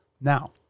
Now